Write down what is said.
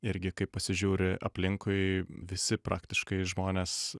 irgi kaip pasižiūri aplinkui visi praktiškai žmonės